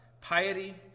piety